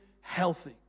healthy